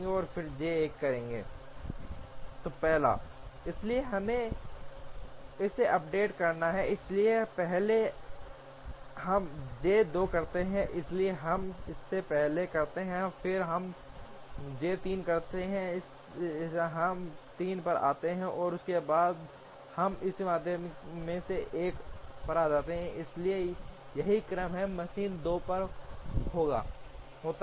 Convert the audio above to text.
और फिर हम J करेंगे इसलिए हमें इसे अपडेट करना है इसलिए पहले हम जे 2 करते हैं इसलिए हम इसे पहले करते हैं फिर हम जे 3 करते हैं इसलिए हम 3 पर आते हैं और उसके बाद हम इसके माध्यम से 1 पर जाते हैं इसलिए यही क्रम है मशीन M 2 पर होता है